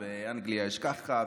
ובאנגליה יש ככה,